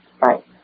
Right